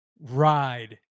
ride